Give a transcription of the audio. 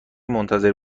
منتظر